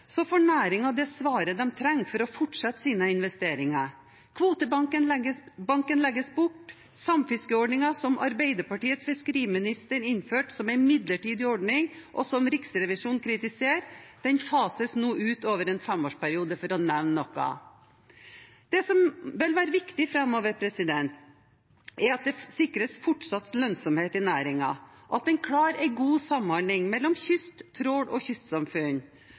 det svaret den trenger for å fortsette sine investeringer. Kvotebanken legges bort, og samfiskeordningen, som Arbeiderpartiets fiskeriminister innførte som en midlertidig ordning, og som Riksrevisjonen kritiserer, fases nå ut over en femårsperiode – for å nevne noe. Det som vil være viktig framover, er at det sikres fortsatt lønnsomhet i næringen, at en klarer en god samhandling mellom kyst, trål og kystsamfunn